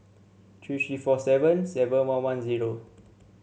three three four seven seven one one zero